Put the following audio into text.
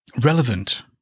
relevant